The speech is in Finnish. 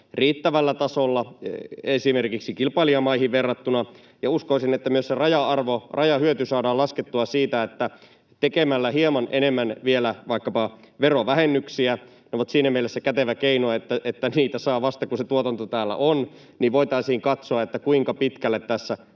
riittävällä tasolla esimerkiksi kilpailijamaihin verrattuna. Uskoisin, että myös se rajahyöty saadaan laskettua tekemällä hieman enemmän vielä vaikkapa verovähennyksiä — ne ovat siinä mielessä kätevä keino, että niitä saa vasta, kun se tuotanto täällä on — jolloin voitaisiin katsoa, kuinka pitkälle tässä